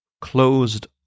closed